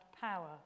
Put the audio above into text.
power